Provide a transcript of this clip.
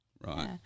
Right